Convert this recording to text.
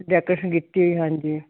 decoration ਕੀਤੀ ਹੋਈ ਹਾਂਜੀ